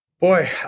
Boy